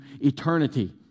eternity